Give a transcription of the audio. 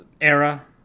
era